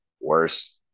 worse